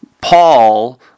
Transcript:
Paul